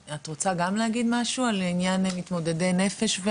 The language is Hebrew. את גם רוצה להגיד משהו לעניין מתמודדי נפש?